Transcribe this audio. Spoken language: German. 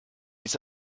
ist